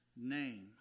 name